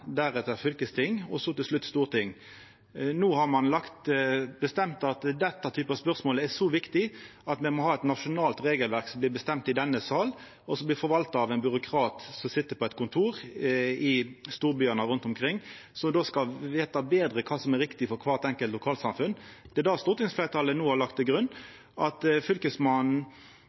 deretter fylkesting og så til slutt Stortinget. No har ein bestemt at dette spørsmålet er så viktig at me må ha eit nasjonalt regelverk som blir bestemt i denne sal, og som blir forvalta av ein byråkrat som sit på eit kontor i storbyane rundt omkring, og som då skal vita betre kva som er riktig for kvart enkelt lokalsamfunn. Det er det stortingsfleirtalet no har lagt til grunn – at